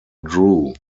drew